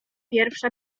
pierwsza